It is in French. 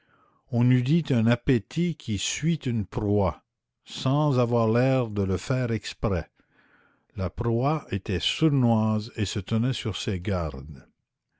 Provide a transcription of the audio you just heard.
on eût dit un appétit qui suit une proie sans avoir l'air de le faire exprès la proie était sournoise et se tenait sur ses gardes